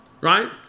Right